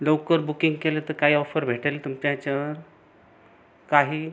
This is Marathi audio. लवकर बुकिंग केलं तर काही ऑफर भेटेल तुमच्या ह्याच्यावर काही